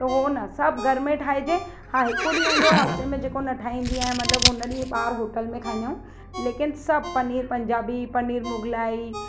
त उहो न सभु घर में ठाइजे हा हिकु ॾींहुं हूंदो आहे हफ़्ते में जेको न ठाहींदी आहियां मतिलबु हुन ॾींहुं ॿाहिरि होटल में खाईंदा आहियूं लेकिनि सभु पनीर पंजाबी पनीर मुगलाई